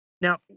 Now